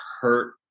hurt